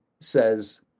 says